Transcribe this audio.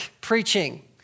preaching